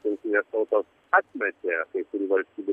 jungtinės tautos atmetė kai kurių valstybių